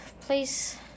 Please